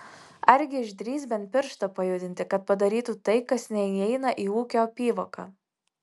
argi išdrįs bent pirštą pajudinti kad padarytų tai kas neįeina į ūkio apyvoką